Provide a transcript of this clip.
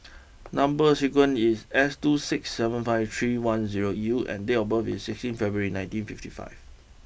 number sequence is S two six seven five three one zero U and date of birth is sixteen February nineteen fifty five